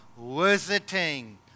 visiting